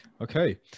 Okay